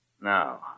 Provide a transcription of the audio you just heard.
Now